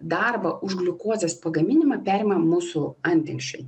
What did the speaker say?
darbą už gliukozės pagaminimą perima mūsų antinksčiai